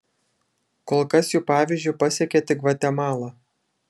kol kas jų pavyzdžiu pasekė tik gvatemala